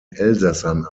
elsässern